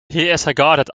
regarded